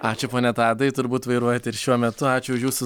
ačiū pone tadai turbūt vairuojat ir šiuo metu ačiū už jūsų